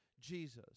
Jesus